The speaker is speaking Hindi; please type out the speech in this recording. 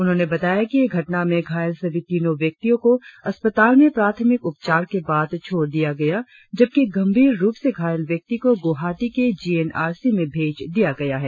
उन्होंने बताया कि घटना में घायल सभी तीनों व्यक्तियों को अस्पताल में प्राथमिक उपचार के बाद छोड़ दिया गया जबकि गंभीर रुप से घायल व्यक्ति को गुवाहाटी के जी एन आर सी में भेज दिया गया है